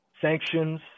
sanctions